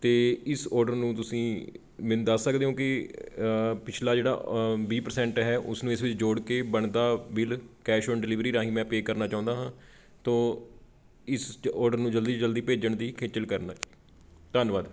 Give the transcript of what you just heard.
ਅਤੇ ਇਸ ਔਡਰ ਨੂੰ ਤੁਸੀਂ ਮੈਨੂੰ ਦੱਸ ਸਕਦੇ ਹੋ ਕਿ ਪਿਛਲਾ ਜਿਹੜਾ ਵੀਹ ਪ੍ਰਸੈਂਟ ਹੈ ਉਸ ਨੂੰ ਇਸ ਵਿੱਚ ਜੋੜ ਕੇ ਬਣਦਾ ਬਿਲ ਕੈਸ਼ ਔਨ ਡਿਲੀਵਰੀ ਰਾਹੀਂ ਮੈਂ ਪੇ ਕਰਨਾ ਚਾਹੁੰਦਾ ਹਾਂ ਤੋ ਇਸ ਔਡਰ ਨੂੰ ਜਲਦੀ ਤੋਂ ਜਲਦੀ ਭੇਜਣ ਦੀ ਖੇਚਲ ਕਰਨਾ ਧੰਨਵਾਦ